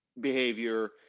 Behavior